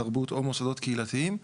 תרבות או מוסדות קהילתיים,